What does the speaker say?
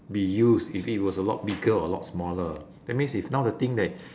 be used if it was a lot bigger or a lot smaller that means if now the thing that